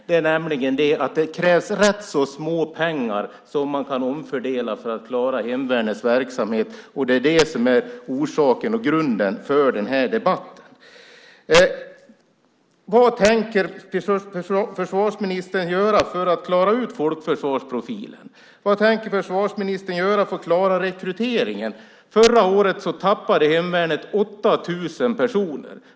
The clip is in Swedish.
Det krävs nämligen en omfördelning av ganska små pengar för att man ska klara hemvärnets verksamhet. Det är orsaken och grunden till den här debatten. Vad tänker försvarsministern göra för att klara ut folkförsvarsprofilen? Vad tänker försvarsministern göra för att klara rekryteringen? Förra året tappade hemvärnet 8 000 personer.